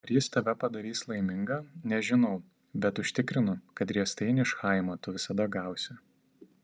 ar jis tave padarys laimingą nežinau bet užtikrinu kad riestainį iš chaimo tu visada gausi